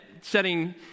setting